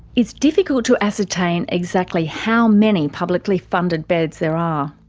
it's difficult to ascertain exactly how many publicly funded beds there are.